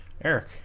Eric